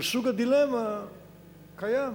אבל סוג הדילמה קיים.